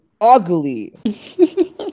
ugly